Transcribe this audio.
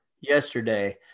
yesterday